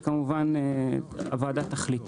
וכמובן הוועדה תחליט.